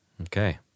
Okay